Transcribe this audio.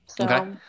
Okay